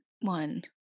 one